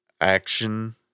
action